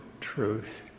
truth